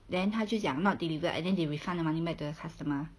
then 他就讲 not delivered and then they refund the money back to the customer